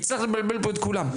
הצלחת לבלבל פה את כולם.